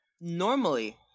normally